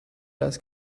las